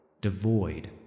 devoid